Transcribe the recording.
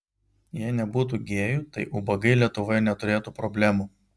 jei nebūtų gėjų tai ubagai lietuvoje neturėtų problemų